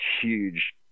huge